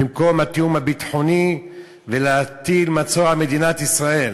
במקום התיאום הביטחוני ולהטיל מצור על מדינת ישראל.